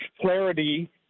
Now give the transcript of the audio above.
clarity